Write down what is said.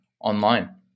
online